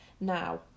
now